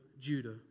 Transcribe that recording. Judah